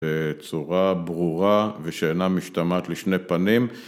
‫בצורה ברורה ושאינה משתמעת ‫לשני פנים.